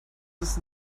das